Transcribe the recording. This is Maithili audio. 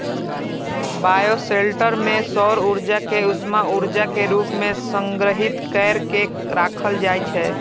बायोशेल्टर मे सौर ऊर्जा कें उष्मा ऊर्जा के रूप मे संग्रहीत कैर के राखल जाइ छै